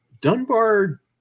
Dunbar